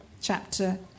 chapter